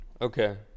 okay